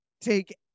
take